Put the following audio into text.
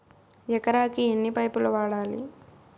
ఎకరాకి ఎన్ని పైపులు వాడాలి?